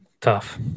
tough